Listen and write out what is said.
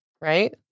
right